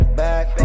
back